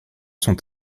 sont